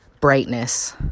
brightness